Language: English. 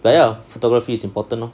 but ya photography is important lor